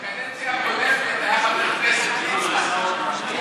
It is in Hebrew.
בקדנציה הקודמת היה חבר כנסת, ליצמן.